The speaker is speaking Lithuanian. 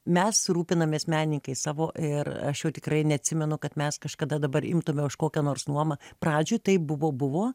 mes rūpinamės meninikais savo ir aš jau tikrai neatsimenu kad mes kažkada dabar imtume už kokią nors nuomą pradžioj tai buvo buvo